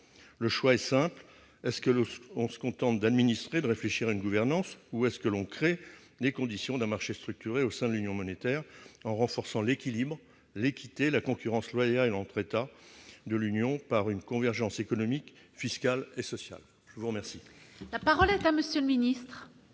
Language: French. le choix est simple : est ce que lorsque on se contente d'administrer, de réfléchir à une gouvernance ou est-ce que l'on crée les conditions de marché structuré au sein de l'Union monétaire en renforçant l'équilibre, l'équité, la concurrence loyale entre États de l'Union, par une convergence économique, fiscale et sociale, je vous remercie. La parole est à monsieur le Ministre.